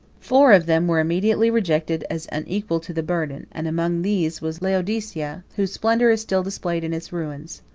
four of them were immediately rejected as unequal to the burden and among these was laodicea, whose splendor is still displayed in its ruins.